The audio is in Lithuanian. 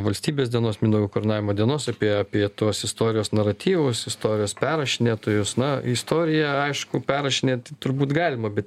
valstybės dienos mindaugo karūnavimo dienos apie apie tuos istorijos naratyvus istorijos perrašinėtojus na istoriją aišku perrašinėti turbūt galima bet